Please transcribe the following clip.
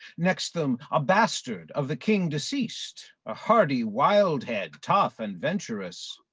next them a bastard of the king deceased, a hardy wild head, tough and venturous,